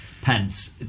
Pence